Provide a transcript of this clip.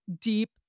deep